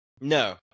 No